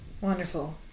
Wonderful